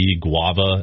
guava